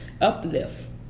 Uplift